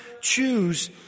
choose